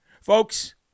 Folks